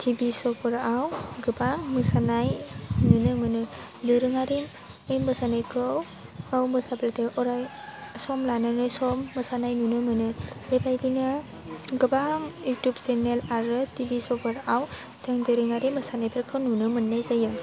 TV show फोराव गोबां मोसानाय नुनो मोनो दोरोङारि मोसानायखौ मोसाबोदो अराय सम लानानै सम मोसानाय नुनो मोनो बेबादिनो गोबां इउटुब चेनेल आरो टिभि श' फोराव जों दोरोङारि मोसानायफोरखौ नुनो मोन्नाय जायो